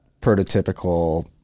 prototypical